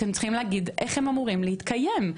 אתם צריכים להגיד איך הם אמורים להתקיים.